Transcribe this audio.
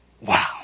Wow